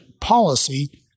policy